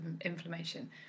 inflammation